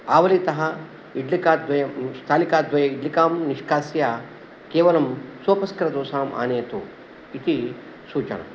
आवलितः इड्लिकाद्वयं स्थालिकद्वये इड्लिकां निष्कास्य केवलं सोपस्करदोसाम् आनयतु इति सूचना